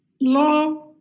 law